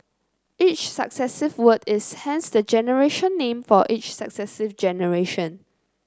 each successive word is hence the generation name for each successive generation